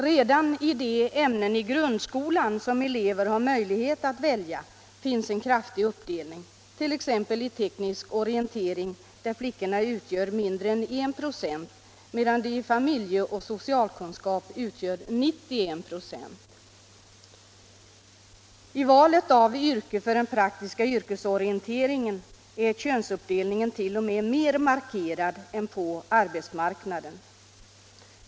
Redan i de ämnen i grundskolan som elever har möjlighet att välja finns en kraftig uppdelning, t.ex. i teknisk orientering, där flickorna utgör mindre än 1 96, medan de i familjeoch socialkunskap utgör 91 96. I valet av yrke för den praktiska yrkesorienteringen är könsuppdelningen 21 t.o.m. mer markerad än på arbetsmarknaden.